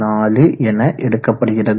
4 என எடுக்கப்படுகிறது